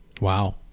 Wow